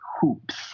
hoops